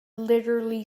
literally